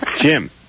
Jim